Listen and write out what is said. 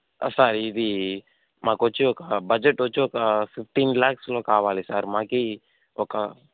sir ఇది మాకు వచ్చి ఒక బడ్జెట్ వచ్చి ఒక ఫిఫ్టీన్ ల్యాక్స్లో కావాలి సార్ మాకు ఒక